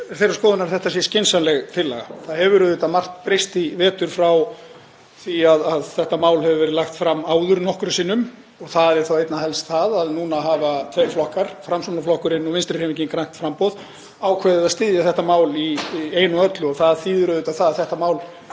þeirrar skoðunar að þetta sé skynsamleg tillaga. Það hefur auðvitað margt breyst í vetur frá því að þetta mál var lagt fram, það hefur verið lagt fram nokkrum sinnum áður. Það er þá einna helst það að núna hafa tveir flokkar, Framsóknarflokkurinn og Vinstrihreyfingin – grænt framboð, ákveðið að styðja þetta mál í einu og öllu. Það þýðir auðvitað að þetta mál